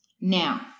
Now